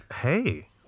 hey